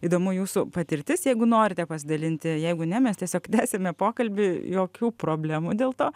įdomu jūsų patirtis jeigu norite pasidalinti jeigu ne mes tiesiog tęsiame pokalbį jokių problemų dėl to